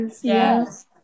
yes